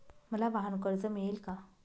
मला वाहनकर्ज मिळेल का?